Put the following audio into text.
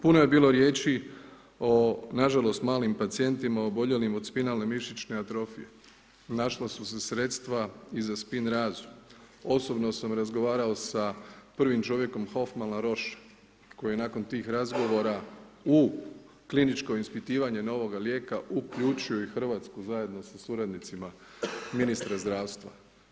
Puno je bilo riječi o nažalost malim pacijentima oboljelim od spinalne mišićne atrofije, našla su se sredstva i za spinrazu, osobno sam razgovarao sa prvim čovjekom ... koji je nakon tih razgovora u kliničko ispitivanje novoga lijeka uključio i Hrvatsku zajedno sa suradnicima ministra zdravstva.